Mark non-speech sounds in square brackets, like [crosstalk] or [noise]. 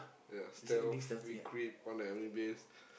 ya stealth we creep on the enemy base [breath]